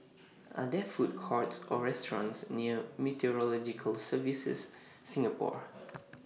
Are There Food Courts Or restaurants near Meteorological Services Singapore